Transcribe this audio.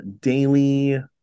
daily